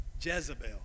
Jezebel